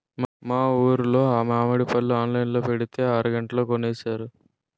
మా ఊరులో మావిడి పళ్ళు ఆన్లైన్ లో పెట్టితే అరగంటలో కొనేశారు